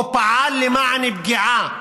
או פעל למען פגיעה,